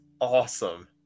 awesome